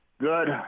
Good